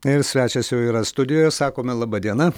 ir svečias jau yra studijoje sakome laba diena